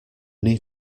need